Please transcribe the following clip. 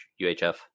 UHF